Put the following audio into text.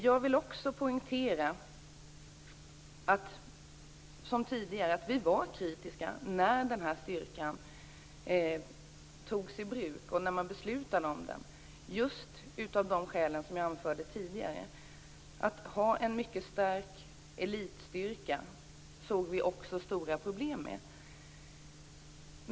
Jag vill också poängtera att vi när den här styrkan beslutades och togs i bruk var kritiska, just av de skäl som jag anförde tidigare. Vi såg stora problem med att ha en mycket stark elitstyrka.